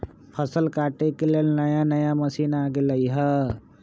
फसल काटे के लेल नया नया मशीन आ गेलई ह